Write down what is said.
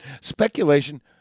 Speculation